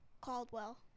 Caldwell